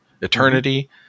Eternity